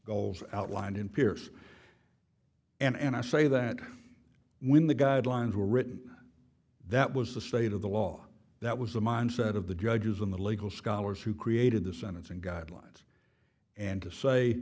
goals outlined in pierce and i say that when the guidelines were written that was the state of the law that was the mindset of the judges and the legal scholars who created the sentencing guidelines and to say